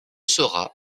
sera